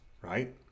right